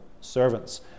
servants